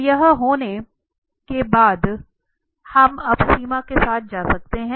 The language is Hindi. तो यह होने के बाद हम अब सीमा के साथ जा सकते हैं